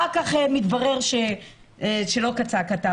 אחר כך מתברר שלא כצעקתה.